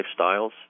lifestyles